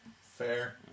Fair